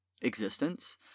existence